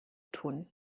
tun